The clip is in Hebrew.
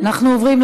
לפרוטוקול,